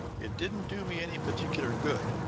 it didn't do me any particular good.